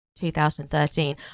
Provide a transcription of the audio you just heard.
2013